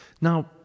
Now